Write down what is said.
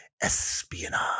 Espionage